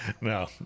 no